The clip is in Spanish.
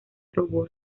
robó